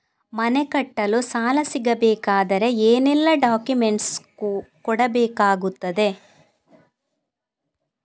ಮನೆ ಕಟ್ಟಲು ಸಾಲ ಸಿಗಬೇಕಾದರೆ ಏನೆಲ್ಲಾ ಡಾಕ್ಯುಮೆಂಟ್ಸ್ ಕೊಡಬೇಕಾಗುತ್ತದೆ?